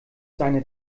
seine